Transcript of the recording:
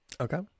Okay